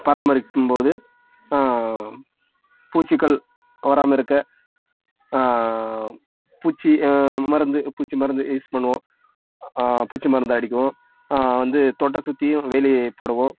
பராமரிக்கும்போது பூச்சிக்கள் வராமல் இருக்க பூச்சி மருந்து பூச்சி மருந்து யூஸ் பண்ணுவோம் பூச்சி மருந்து அடிக்குவோம் வந்து தோட்ட சுற்றியும் வேலி போடுவோம்